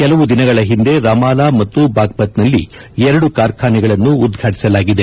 ಕೆಲವು ದಿನಗಳ ಹಿಂದೆ ರಮಾಲಾ ಮತ್ತು ಬಾಗ್ನತ್ನಲ್ಲಿ ಎರಡು ಕಾರ್ಖಾನೆಗಳನ್ನು ಉದ್ಘಾಟಿಸಲಾಗಿದೆ